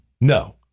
No